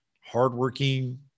hardworking